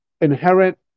inherent